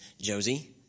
Josie